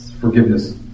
forgiveness